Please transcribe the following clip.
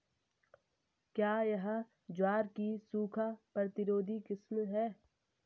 क्या यह ज्वार की सूखा प्रतिरोधी किस्म है?